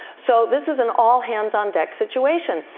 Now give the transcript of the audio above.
so this is an all hands on deck situation.